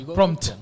Prompt